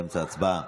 באמצע הצבעה.